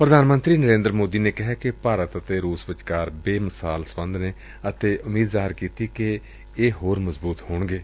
ਪ੍ਰਧਾਨ ਮੰਤਰੀ ਨਰੇਂਦਰ ਮੋਦੀ ਨੇ ਕਿਹੈ ਕਿ ਭਾਰਤ ਅਤੇ ਰੁਸ ਵਿਚਕਾਰ ਬੇਮਿਸਾਲ ਸਬੰਧ ਨੇ ਅਤੇ ਉਮੀਦ ਜ਼ਾਹਿਰ ਕੀਤੀ ਕਿ ਇਹ ਹੋਰ ਮਜ਼ਬੁਤ ਹੋਣਗੇ